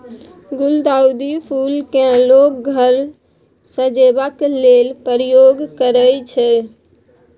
गुलदाउदी फुल केँ लोक घर सजेबा लेल प्रयोग करय छै